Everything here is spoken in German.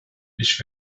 ich